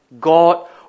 God